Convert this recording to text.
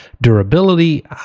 Durability